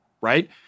right